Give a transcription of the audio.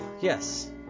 yes